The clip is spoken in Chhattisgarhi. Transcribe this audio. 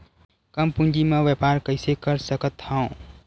कम पूंजी म व्यापार कइसे कर सकत हव?